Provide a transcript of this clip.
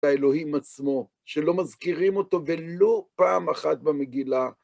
את האלוהים עצמו, שלא מזכירים אותו ולא פעם אחת במגילה.